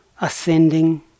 ascending